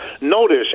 Notice